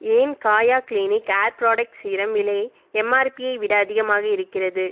ஏன் Kaya clinic hair product serum விலை எம்ஆர்பியை விட அதிகமாக இருக்கிறது